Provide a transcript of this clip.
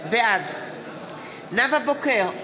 בעד נאוה בוקר,